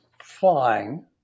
flying